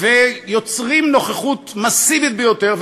ויוצרים נוכחות מסיבית ביותר.